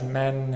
men